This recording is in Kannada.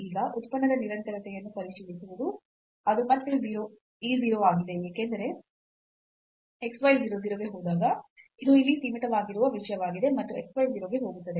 ಈಗ ಉತ್ಪನ್ನದ ನಿರಂತರತೆಯನ್ನು ಪರಿಶೀಲಿಸುವುದು ಅದು ಮತ್ತೆ e 0 ಆಗಿದೆ ಏಕೆಂದರೆ xy 0 0 ಗೆ ಹೋದಾಗ ಇದು ಇಲ್ಲಿ ಸೀಮಿತವಾಗಿರುವ ವಿಷಯವಾಗಿದೆ ಮತ್ತು xy 0 ಗೆ ಹೋಗುತ್ತದೆ